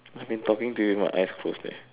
I have been talking to you with my eyes closed eh